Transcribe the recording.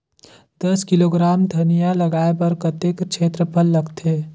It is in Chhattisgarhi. दस किलोग्राम धनिया लगाय बर कतेक क्षेत्रफल लगथे?